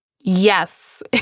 Yes